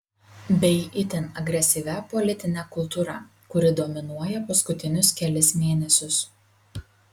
bei itin agresyvia politine kultūra kuri dominuoja paskutinius kelis mėnesius